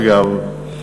אגב,